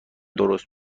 درست